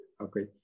okay